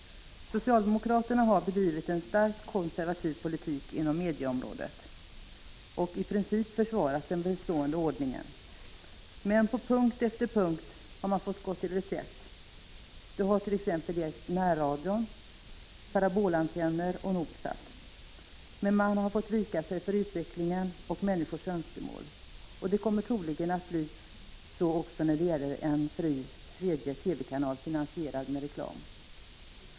Socialdemokraterna har bedrivit en starkt konservativ politik inom medieområdet och i princip försvarat den bestående ordningen. Men på punkt efter punkt har man fått gå till reträtt. Det har t.ex. gällt närradio, parabolantenner och Nordsat. Man har fått vika sig för utvecklingen och för människors önskemål. Det kommer troligen att bli så även när det gäller en fri tredje TV-kanal, finansierad med reklam.